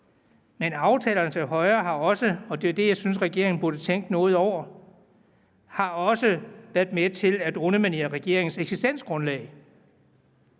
burde tænke lidt over – været med til at underminere regeringens eksistensgrundlag.